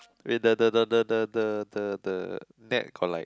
wait the the the the the the the net collide